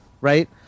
right